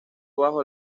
bajo